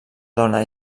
dona